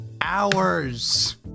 hours